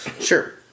Sure